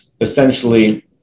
essentially